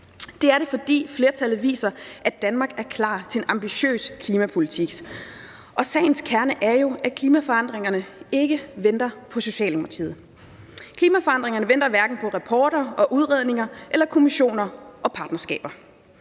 Det er det, fordi flertallet viser, at Danmark er klar til en ambitiøs klimapolitik. Sagens kerne er jo, at klimaforandringerne ikke venter på Socialdemokratiet. Klimaforandringerne venter hverken på rapporter og udredninger eller kommissioner og partnerskaber.